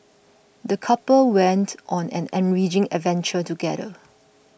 the couple went on an enriching adventure together